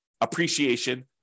appreciation